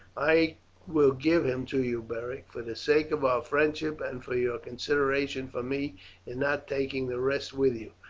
i will give him to you, beric, for the sake of our friendship, and for your consideration for me in not taking the rest with you.